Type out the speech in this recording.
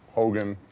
hogan,